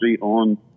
on